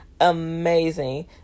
amazing